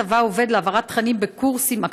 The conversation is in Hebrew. הצבא להעברת תכנים בקורסים של חיילים,